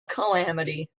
calamity